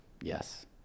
Yes